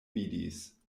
vidis